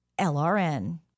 LRN